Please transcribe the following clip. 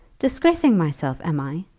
disgracing myself, am i?